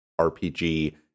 RPG